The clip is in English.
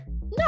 No